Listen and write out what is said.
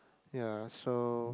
ya so